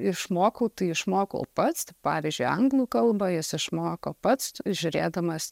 išmokau tai išmokau pats pavyzdžiui anglų kalbą jis išmoko pats žiūrėdamas